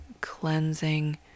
cleansing